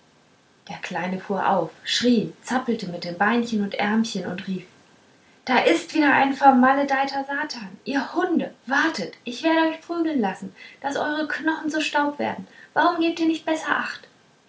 der kleine fuhr auf schrie zappelte mit den beinchen und ärmchen und rief da ist wieder ein vermaledeiter satan ihr hunde wartet ich werde euch prügeln lassen daß eure knochen zu staub werden warum gebt ihr nicht besser acht